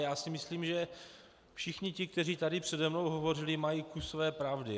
Já si myslím, že všichni ti, kteří tady přede mnou hovořili, mají kus své pravdy.